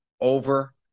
over